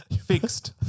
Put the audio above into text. fixed